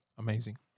Amazing